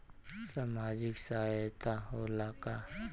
सामाजिक सहायता होला का?